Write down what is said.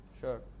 Sure